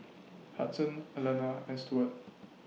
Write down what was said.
Hudson Alana and Stuart